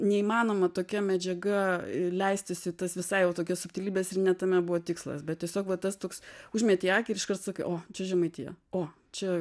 neįmanoma tokia medžiaga leistis į tas visai jau tokias subtilybes ir ne tame buvo tikslas bet tiesiog va tas toks užmetei akį ir iškart sakai o čia žemaitija o čia